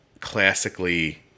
classically